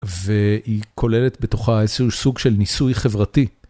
והיא כוללת בתוכה איזשהו סוג של ניסוי חברתי.